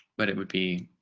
but it would be